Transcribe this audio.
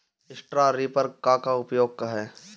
Straw reaper क का उपयोग ह?